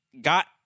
got